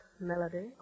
Melody